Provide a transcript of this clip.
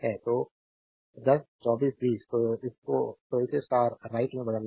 तो 10 24 20 तो आपको इसे स्टार राइट में बदलना होगा